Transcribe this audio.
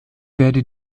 werde